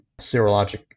serologic